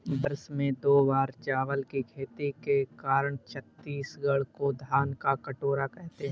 वर्ष में दो बार चावल की खेती के कारण छत्तीसगढ़ को धान का कटोरा कहते हैं